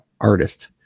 artist